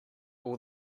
will